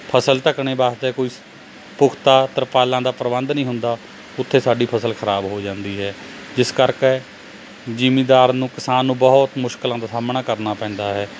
ਫਸਲ ਢੱਕਣ ਵਾਸਤੇ ਕੋਈ ਪੁਖਤਾ ਤਰਪਾਲਾਂ ਦਾ ਪ੍ਰਬੰਧ ਨਹੀਂ ਹੁੰਦਾ ਉੱਥੇ ਸਾਡੀ ਫਸਲ ਖਰਾਬ ਹੋ ਜਾਂਦੀ ਹੈ ਜਿਸ ਕਰਕੇ ਜਿਮੀਂਦਾਰ ਨੂੰ ਕਿਸਾਨ ਨੂੰ ਬਹੁਤ ਮੁਸ਼ਕਲਾਂ ਦਾ ਸਾਹਮਣਾ ਕਰਨਾ ਪੈਂਦਾ ਹੈ